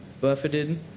buffeted